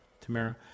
tamara